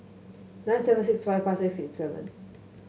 nine seven six five five six eight seven